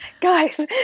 guys